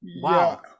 wow